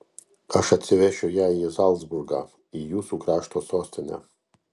aš atsivešiu ją į zalcburgą į jūsų krašto sostinę